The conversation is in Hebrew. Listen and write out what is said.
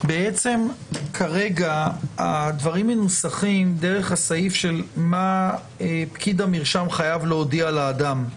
בעצם כרגע הדברים מנוסחים דרך הסעיף של מה פקיד המרשם חייב להודיע לאדם.